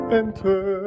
enter